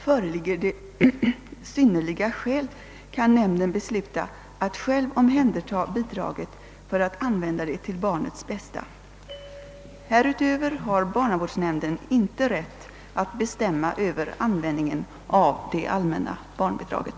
Föreligger det synnerliga skäl kan nämnden besluta att själv omhänderta bidraget för att använda det till barnets bästa. Härutöver har barnavårdsnämnden inte rätt att bestämma över användningen av det allmänna barnbidraget.